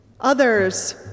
Others